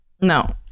No